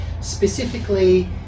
specifically